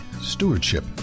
Stewardship